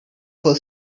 for